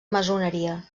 maçoneria